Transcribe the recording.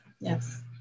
Yes